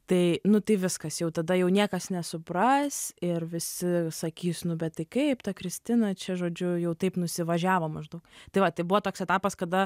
tai nu tai viskas jau tada jau niekas nesupras ir visi sakys nu bet tai kaip ta kristina čia žodžiu jau taip nusivažiavo maždaug tai vat buvo toks etapas kada